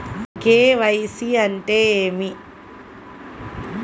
KYC అంటే ఏమి?